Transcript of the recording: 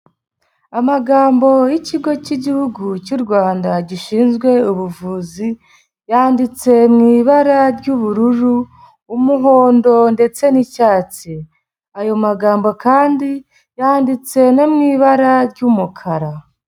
Amagambo y'ikigo cy'igihugu cy'u Rwanda gishinzwe ubuvuzi, yanditse mu ibara ry'ubururu, umuhondo ndetse n'icyatsi, ayo magambo kandi yanditse no mu ibara ry'umukara.